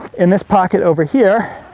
in this pocket over here,